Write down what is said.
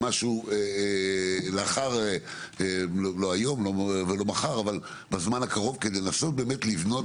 לא היום ולא מחר אבל בזמן הקרוב כדי לנסות לבנות